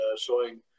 showing